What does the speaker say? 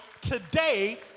today